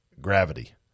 Gravity